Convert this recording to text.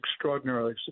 extraordinarily